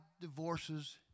divorces